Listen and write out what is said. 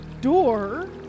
door